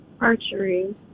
Archery